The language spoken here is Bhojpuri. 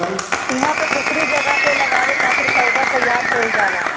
इहां पे दूसरी जगह पे लगावे खातिर पौधा तईयार कईल जाला